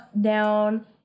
down